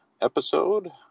episode